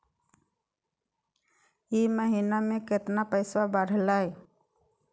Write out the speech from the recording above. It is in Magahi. ई महीना मे कतना पैसवा बढ़लेया?